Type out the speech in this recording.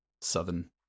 Southern